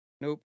Nope